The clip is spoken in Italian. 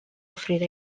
offrire